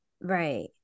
right